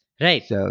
Right